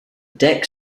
deck